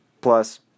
Plus